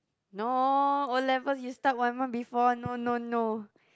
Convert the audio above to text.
no O-levels you start one month before no no no